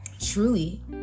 truly